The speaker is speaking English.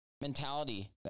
mentality